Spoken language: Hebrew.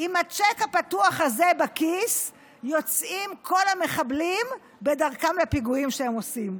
עם הצ'ק הפתוח הזה בכיס יוצאים כל המחבלים בדרכם לפיגועים שהם עושים.